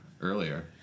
earlier